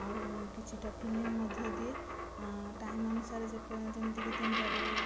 ଆଉ କିଛିଟା ଫିଲ୍ମ ମଧ୍ୟ ଦିଏ ଟାଇମ ଅନୁସାରେ ଯେ ଯେମିତିକି ତିନିଟାରୁ